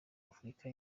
afurika